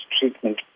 treatment